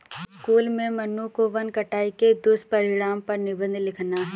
school में मन्नू को वन कटाई के दुष्परिणाम पर निबंध लिखना है